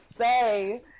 say